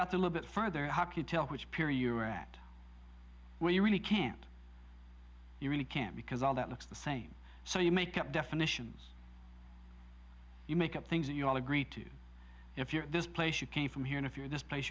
out the little bit further alcatel which pier you are at where you really can't you really can't because all that looks the same so you make up definitions you make up things that you all agreed to if you're this place you came from here and if you're this place